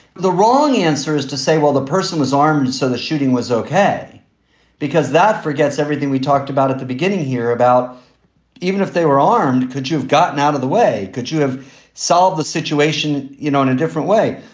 the wrong answer is to say, well, the person was armed, so the shooting was okay because that forgets everything we talked about at the beginning here about even if they were armed. could you have gotten out of the way? could you have solved the situation? you know. and different way.